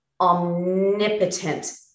omnipotent